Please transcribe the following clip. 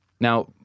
Now